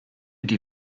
die